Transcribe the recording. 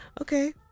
Okay